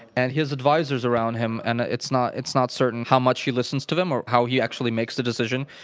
and he has advisers around him, and it's not it's not certain how much he listens to them or how he actually makes the decision.